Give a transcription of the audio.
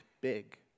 big